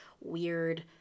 weird